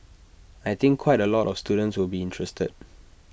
I think quite A lot of students will be interested